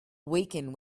weaken